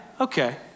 okay